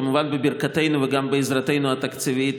כמובן בברכתנו וגם בעזרתנו התקציבית,